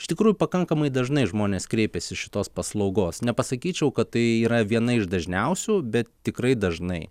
iš tikrųjų pakankamai dažnai žmonės kreipiasi šitos paslaugos nepasakyčiau kad tai yra viena iš dažniausių bet tikrai dažnai